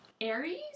Aries